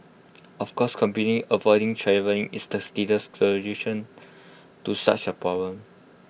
of course completely avoiding travelling is the silliest solution to such A problem